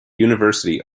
university